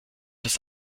dass